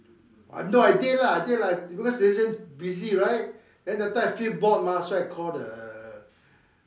no I didn't lah I didn't lah because they say busy right then that time I say bored mah so I call the